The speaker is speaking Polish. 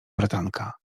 bratanka